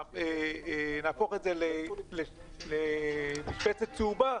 נהפוך את זה למשבצת צהובה,